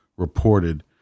reported